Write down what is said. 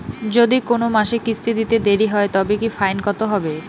যদি কোন মাসে কিস্তি দিতে দেরি হয় তবে কি ফাইন কতহবে?